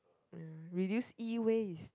ya reduce E ways